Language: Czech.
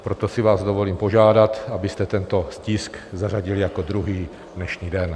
Proto si vás dovolím požádat, abyste tento tisk zařadili jako druhý dnešní den.